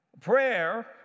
Prayer